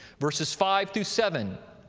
verses five through seven.